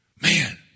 Man